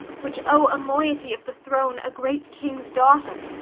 which owe a moiety of the throne, a great king's daughter,